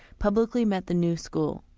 publicly met the new school,